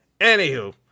Anywho